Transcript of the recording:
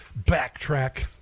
backtrack